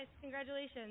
Congratulations